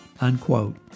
Unquote